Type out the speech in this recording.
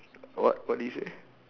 what what did you say